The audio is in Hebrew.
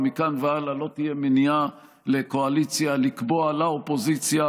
ומכאן והלאה לא תהיה מניעה לקואליציה לקבוע לאופוזיציה,